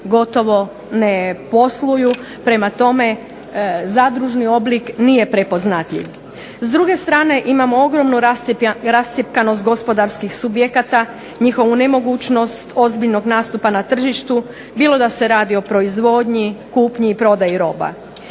gotovo ne posluju. Prema tome, zadružni oblik nije prepoznatljiv. S druge strane, imamo ogromnu rascjepkanost gospodarskih subjekata, njihovu nemogućnost ozbiljnog nastupa na tržištu bilo da se radi o proizvodnji, kupnji i prodaji roba.